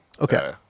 Okay